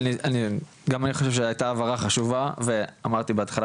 גם אני חושב שהייתה הבהרה חשובה ואמרתי בהתחלה